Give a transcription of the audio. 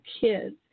Kids